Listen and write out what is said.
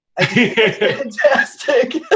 fantastic